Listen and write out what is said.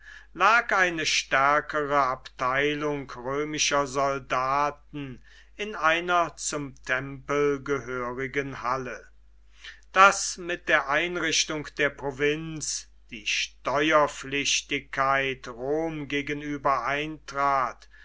lag eine stärkere abteilung römischer soldaten in einer zum tempel gehörigen halle daß mit der einrichtung der provinz die steuerpflichtigkeit rom gegenüber eintrat